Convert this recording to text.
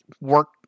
work